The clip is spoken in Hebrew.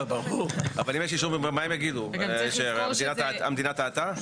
אבל אם יש אישור מה הם יגידו, שהמדינה טעתה?